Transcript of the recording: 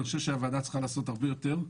אני חושב שהוועדה צריכה לעשות הרבה יותר,